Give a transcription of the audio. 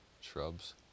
shrubs